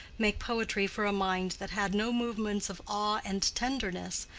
make poetry for a mind that had no movements of awe and tenderness,